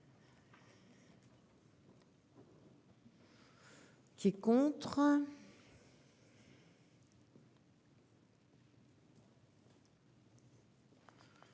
Qui est contre.